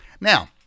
Now